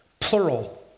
Plural